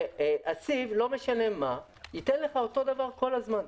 ואילו הסיב ייתן לך אותו דבר כל הזמן.